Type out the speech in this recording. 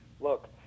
Look